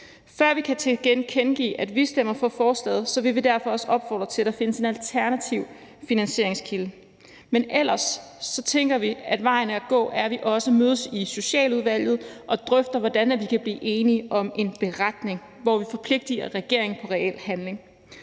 Før vi kan tilkendegive, at vi stemmer for forslaget, vil vi derfor også opfordre til, at der findes en alternativ finansieringskilde. Men ellers tænker vi, at vejen at gå er, at vi også mødes i Socialudvalget og drøfter, hvordan vi kan blive enige om en beretning, hvor vi forpligtiger regeringen til reel handling.